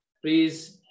please